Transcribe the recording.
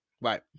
Right